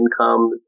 income